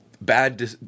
bad